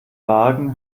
wagen